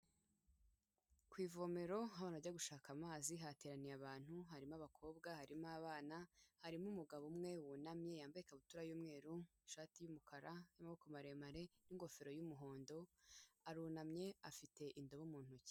Ku ivomero aho abantu bajya gushaka amazi hateraniye abantu, harimo abakobwa, harimo abana, harimo umugabo umwe wunamye yambaye ikabutura y'umweru, ishati y'umukara y'amaboko maremare n'ingofero y'umuhondo, arunamye afite indobo mu ntoki.